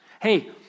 Hey